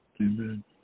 Amen